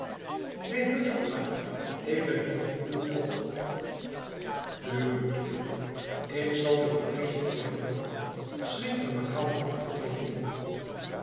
neen heusch papa ik ben al een uur op nu goed kind ik zal je voor dezen keer gelooven schenk me maar gauw een kopje thee in